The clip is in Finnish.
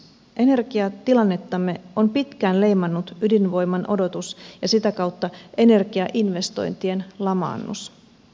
energiatilannettamme on pitkään leimannut ydinvoiman odotus ja sitä kautta energiainvestointien lamaannus